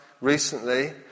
recently